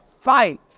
fight